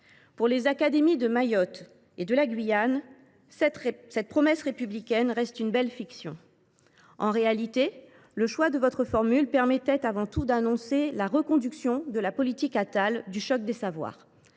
Pour les académies de Mayotte et de la Guyane, cette promesse républicaine reste une belle fiction. Le choix de votre formule, madame la ministre, permettait avant tout d’annoncer la reconduction de la politique Attal du choc des savoirs.